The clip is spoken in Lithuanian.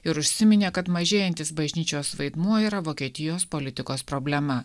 ir užsiminė kad mažėjantis bažnyčios vaidmuo yra vokietijos politikos problema